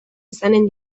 izanen